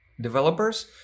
developers